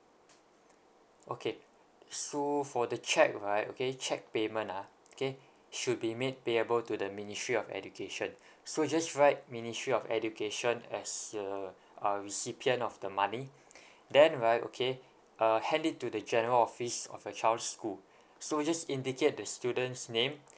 okay so for the cheque right okay cheque payment ah okay should be made payable to the ministry of education so just write ministry of education as uh uh recipient of the money then right okay uh hand it to the general office of your child's school so just indicate the student's name